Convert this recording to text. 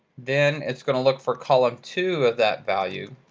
then it's going to look for column two of that value,